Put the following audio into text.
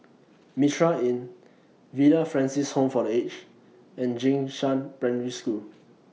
Mitraa Inn Villa Francis Home For The Aged and Jing Shan Primary School